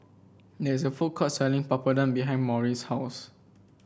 there is a food court selling Papadum behind Morris' house